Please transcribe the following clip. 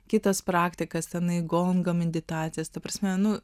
kitas praktikas tenai gongo meditacijas ta prasme nu